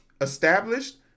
established